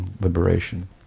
liberation